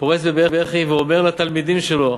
פורץ בבכי ואומר לתלמידים שלו: